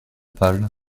pâle